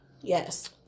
Yes